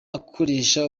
akoresha